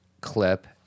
clip